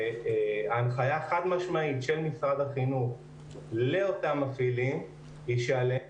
ההנחיה החד משמעית של משרד החינוך לאותם מפעילים היא שעליהם